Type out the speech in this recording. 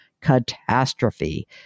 catastrophe